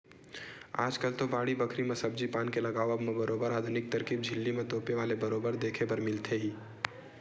आजकल तो बाड़ी बखरी म सब्जी पान के लगावब म बरोबर आधुनिक तरकीब झिल्ली म तोपे वाले बरोबर देखे बर मिलथे ही